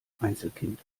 einzelkind